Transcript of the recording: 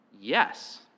Yes